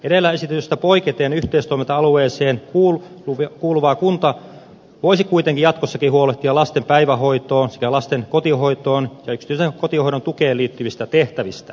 edellä esitetystä poiketen yhteistoiminta alueeseen kuuluva kunta voisi kuitenkin jatkossakin huolehtia lasten päivähoitoon sekä lasten kotihoitoon ja yksityisen kotihoidon tukeen liittyvistä tehtävistä